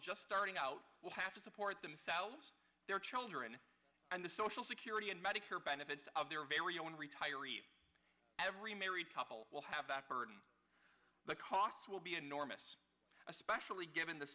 just starting out will have to support themselves their children and the social security and medicare benefits of their very own retirees every married couple will have that burden the costs will be enormous especially given the